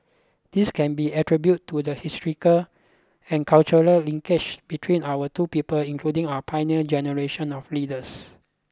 this can be attribute to the historical and cultural linkages between our two people including our pioneer generation of leaders